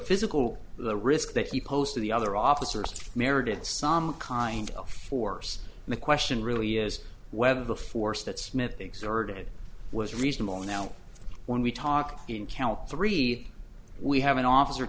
physical the risk that he posed to the other officers merited some kind of force the question really is whether the force that smith exerted was reasonable now when we talk in count three we have an officer